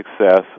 success